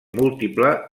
múltiple